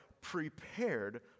prepared